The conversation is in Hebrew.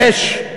יש.